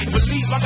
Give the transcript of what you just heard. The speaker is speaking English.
Believe